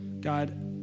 God